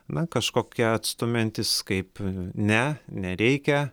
na kažkokie atstumiantys kaip ne nereikia